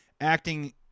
acting